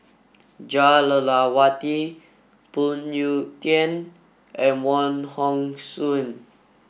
Jah Lelawati Phoon Yew Tien and Wong Hong Suen